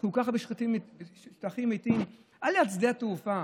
יש כל כך הרבה שטחים מתים על יד שדה התעופה.